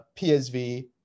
PSV